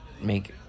make